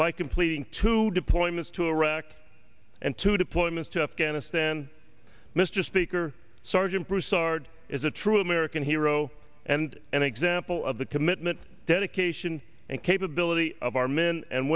by completing two deployments to iraq and two deployments to afghanistan mr speaker sergeant broussard is a true american hero and an example of the commitment dedication and capability of our men and